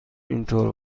اینطور